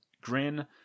grin